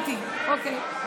למזלי,